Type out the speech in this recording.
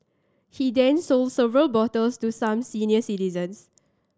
he then sold several bottles to some senior citizens